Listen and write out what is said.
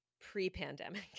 pre-pandemic